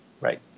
right